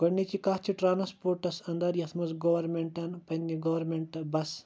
گۄڈٕنِچی کَتھ چھ ٹَرانٕسپوٹَس اَندَر یِتھ منٛز گورمیٚنٹَن پَننہِ گورمیٚنٹ بَسہٕ